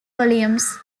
volumes